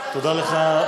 תודה לך,